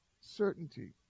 certainty